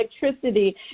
electricity